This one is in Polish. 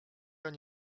ani